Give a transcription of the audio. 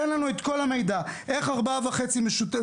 תן לנו את כל המידע: איך ה-4.5 האלה מחולקים?